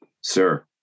sir